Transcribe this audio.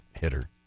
hitter